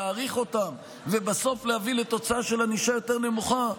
להאריך אותם ובסוף להביא לתוצאה של ענישה יותר נמוכה,